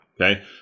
Okay